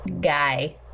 guy